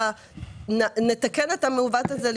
אנחנו נתקן את המעוות הזה.